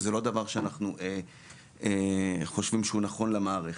שזה דבר שאנחנו חושבים שהוא לא נכון למערכת.